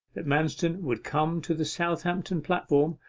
that manston would come to the southampton platform,